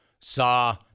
saw